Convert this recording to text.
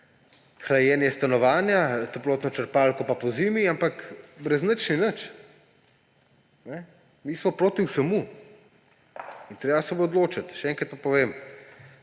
hlajenje stanovanja, toplotno črpalko pa pozimi …; ampak brez nič ni nič. Mi smo proti vsemu in treba se bo odločiti. Še enkrat pa povem,